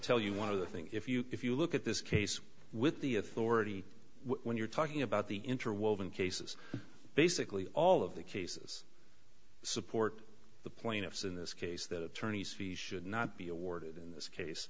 tell you one of the thing if you if you look at this case with the authority when you're talking about the interwoven cases basically all of the cases support the plaintiffs in this case that attorneys fees should not be awarded in this case